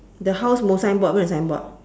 the house mou signboard where the signboard